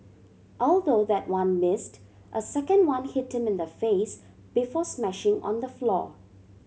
although that one missed a second one hit him in the face before smashing on the floor